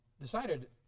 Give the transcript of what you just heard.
decided